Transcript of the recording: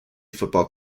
football